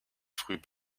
früh